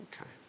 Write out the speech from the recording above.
Okay